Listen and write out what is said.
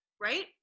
right